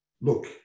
look